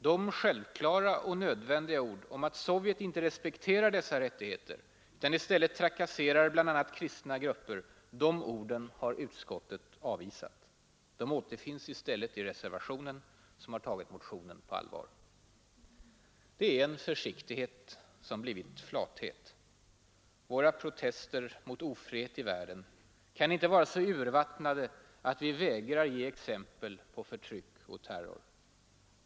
De självklara och nödvändiga ord om att Sovjet inte respekterar dessa rättigheter utan i stället trakasserar bl.a. kristna grupper har utskottet avvisat. De återfinns i stället i reservationen, som tagit motionen på allvar. Det är en försiktighet som blivit flathet. Våra protester mot ofrihet i världen kan inte vara så urvattnade att vi vägrar ge exempel på förtryck och terror.